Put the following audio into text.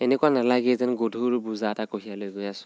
এনেকুৱা নেলাগে যেন গধুৰ বোজা এটা কঢ়িয়াই লৈ গৈ আছোঁ